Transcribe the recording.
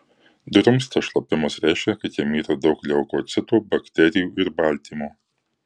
drumstas šlapimas reiškia kad jame yra daug leukocitų bakterijų ir baltymo